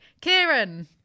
Kieran